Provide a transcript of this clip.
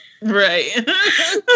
Right